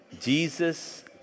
Jesus